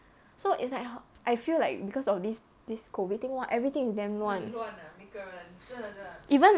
so it's like I feel like because of this this COVID thing !wah! everything is damn 乱